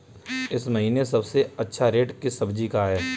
इस महीने सबसे अच्छा रेट किस सब्जी का है?